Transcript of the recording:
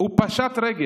הוא פשט רגל